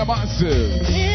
Massive